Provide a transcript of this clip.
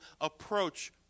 approach